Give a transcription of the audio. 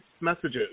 messages